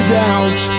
doubt